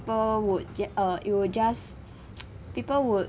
people would get uh it will just people would